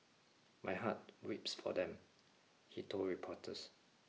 my heart weeps for them he told reporters